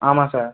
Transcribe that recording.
ஆமாம் சார்